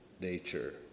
nature